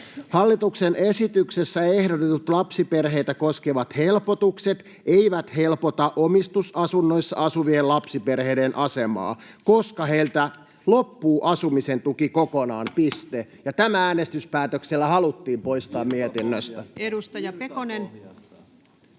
”Hallituksen esityksessä ehdotetut lapsiperheitä koskevat helpotukset eivät helpota omistusasunnoissa asuvien lapsiperheiden asemaa, koska heiltä loppuu asumisen tuki kokonaan.” Tämä äänestyspäätöksellä haluttiin poistaa mietinnöstä. Edustaja Pekonen.